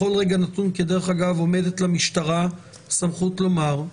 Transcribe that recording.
בכל רגע נתון עומדת למשטרה סמכות לומר: